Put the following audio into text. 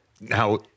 Now